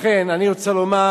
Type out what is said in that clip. לכן, אני רוצה לומר